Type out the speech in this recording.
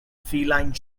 feline